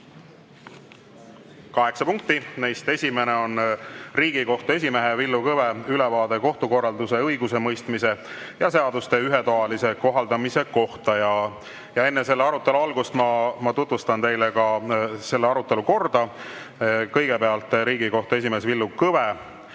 kaheksa punkti. Neist esimene on Riigikohtu esimehe Villu Kõve ülevaade kohtukorralduse, õigusemõistmise ja seaduste ühetaolise kohaldamise kohta. Enne selle arutelu algust tutvustan ma teile selle arutelu korda. Kõigepealt saab Riigikohtu esimees Villu Kõve